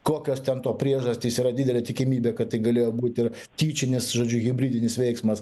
kokios ten to priežastys yra didelė tikimybė kad tai galėjo būt ir tyčinis žodžiu hibridinis veiksmas